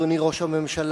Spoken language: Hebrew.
אדוני ראש הממשלה,